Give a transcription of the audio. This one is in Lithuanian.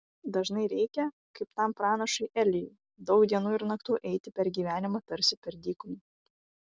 dažnai reikia kaip tam pranašui elijui daug dienų ir naktų eiti per gyvenimą tarsi per dykumą